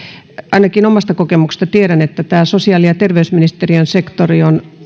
ainakin omasta kokemuksestani tiedän että tässä sosiaali ja terveysministeriön sektorissa